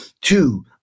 two